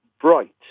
bright